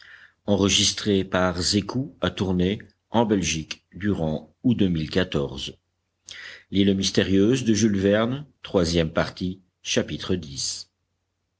l'île mystérieuse by